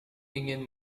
ingin